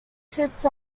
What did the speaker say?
sits